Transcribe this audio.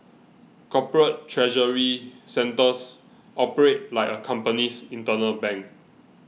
corporate treasury centres operate like a company's internal bank